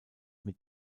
mit